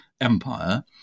empire